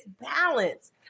balance